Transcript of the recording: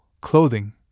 clothing